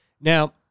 Now